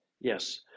Yes